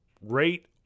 Rate